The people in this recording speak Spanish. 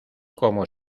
cómo